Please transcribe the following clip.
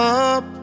up